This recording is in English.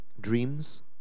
dreams